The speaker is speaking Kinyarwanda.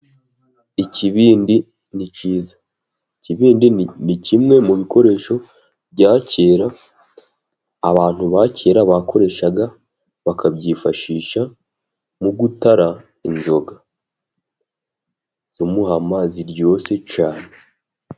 Ikibindi ni kiza. Ikibindi ni kimwe mu bikoresho bya kera, abantu ba kera bakoreshaga bakabyifashisha mu gutara inzoga z'umuhama ziryoshye cyane.